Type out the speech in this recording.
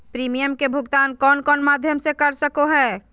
Premium के भुक्तान कौन कौन माध्यम से कर सको है?